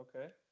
okay